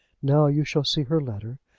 now you shall see her letter.